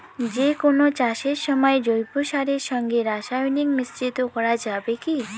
যে কোন চাষের সময় জৈব সারের সঙ্গে রাসায়নিক মিশ্রিত করা যাবে কি?